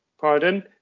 pardon